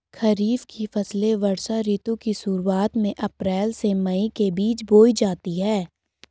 खरीफ की फसलें वर्षा ऋतु की शुरुआत में, अप्रैल से मई के बीच बोई जाती हैं